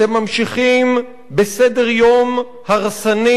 אתם ממשיכים בסדר-יום הרסני,